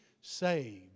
saved